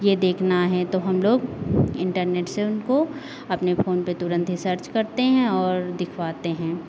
ये देखना है तो हम लोग इंटरनेट से उनको अपने फोन पे तुरंत ही सर्च करते हैं और दिखवाते हैं